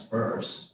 verse